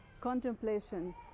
Contemplation